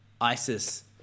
ISIS